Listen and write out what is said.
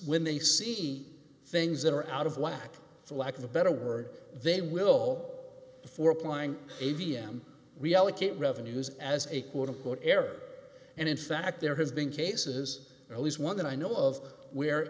when they see things that are out of whack for lack of a better word they will for applying a v m reallocate revenues as a quote unquote error and in fact there has been cases at least one that i know of where